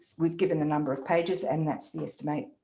we've given the number of pages and that's the estimate,